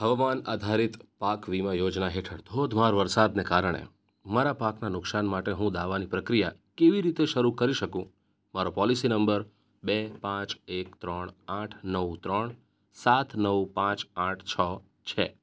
હવામાન આધારિત પાક વીમા યોજના હેઠળ ધોધમાર વરસાદને કારણે મારા પાકના નુકસાન માટે હું દાવાની પ્રક્રિયા કેવી રીતે શરૂ કરી શકું મારો પોલિસી નંબર બે પાંચ એક ત્રણ આઠ નવ ત્રણ સાત નવ પાંચ આઠ છ છે